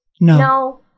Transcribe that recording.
No